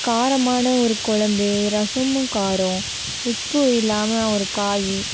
காரமான ஒரு குழம்பு ரசமும் காரம் உப்பு இல்லாமல் ஒரு காய்